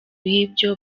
y’ibyo